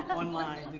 online.